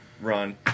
run